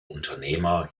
unternehmer